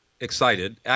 excited